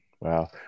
wow